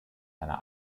einer